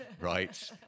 right